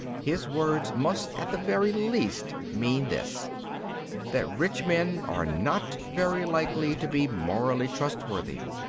his words must at the very least mean this that rich men are not very likely to be morally trustworthy.